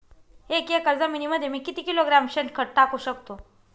एक एकर जमिनीमध्ये मी किती किलोग्रॅम शेणखत टाकू शकतो?